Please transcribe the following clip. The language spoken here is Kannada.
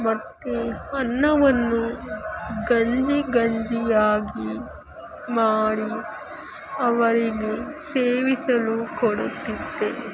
ಮತ್ತು ಅನ್ನವನ್ನು ಗಂಜಿ ಗಂಜಿಯಾಗಿ ಮಾಡಿ ಅವರಿಗೆ ಸೇವಿಸಲು ಕೊಡುತ್ತಿದ್ದೆ